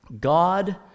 God